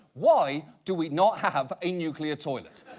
why do we not have a nuclear toilet?